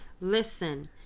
listen